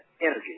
energy